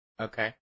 Okay